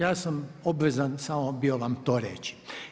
Ja sam obvezan samo bio vam to reći.